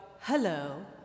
hello